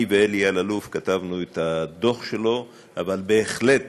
אני ואלי אלאלוף כתבנו את הדוח שלו, אבל בהחלט